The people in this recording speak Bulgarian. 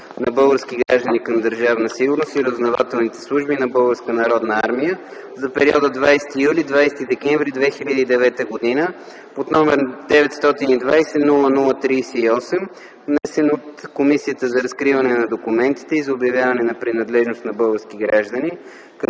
на български граждани към Държавна сигурност и разузнавателните служби на Българска народна армия за периода 20 юли – 20 декември 2009 г., № 920-00-38, внесен от Комисията за разкриване на документите и за обявяване на принадлежност на български граждани към Държавна сигурност